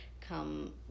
come